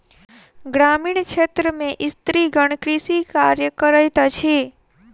ग्रामीण क्षेत्र में स्त्रीगण कृषि कार्य करैत अछि